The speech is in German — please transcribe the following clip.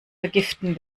vergiften